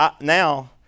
now